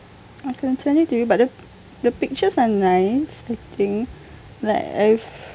I can send it to you but the the pictures are nice I think like I've